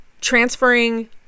Transferring